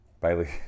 Bailey